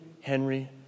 Henry